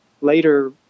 later